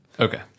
Okay